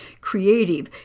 creative